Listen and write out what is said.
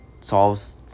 solves